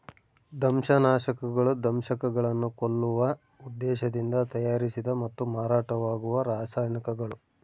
ದಂಶಕನಾಶಕಗಳು ದಂಶಕಗಳನ್ನು ಕೊಲ್ಲುವ ಉದ್ದೇಶದಿಂದ ತಯಾರಿಸಿದ ಮತ್ತು ಮಾರಾಟವಾಗುವ ರಾಸಾಯನಿಕಗಳು